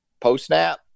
post-snap